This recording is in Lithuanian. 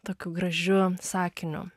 tokiu gražiu sakiniu